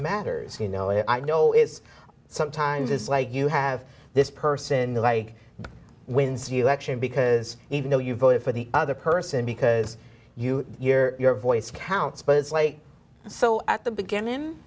matters you know it i know is sometimes it's like you have this person like wins you actually because even though you voted for the other person because you hear your voice counts but it's like so at the beginning